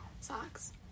socks